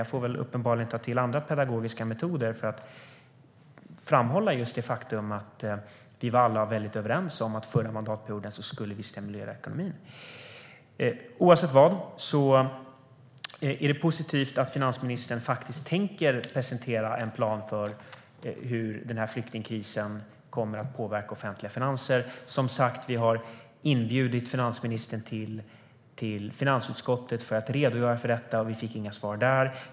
Jag får uppenbarligen ta till andra pedagogiska metoder för att framhålla just det faktum att vi alla var väldigt överens om att vi under förra mandatperioden skulle stimulera ekonomin. Oavsett vad är det positivt att finansministern faktiskt tänker presentera en plan för hur flyktingkrisen kommer att påverka de offentliga finanserna. Vi har som sagt inbjudit finansministern till finansutskottet för att redogöra för detta. Vi fick inga svar där.